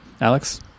Alex